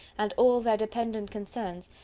and all their dependent concerns,